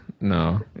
No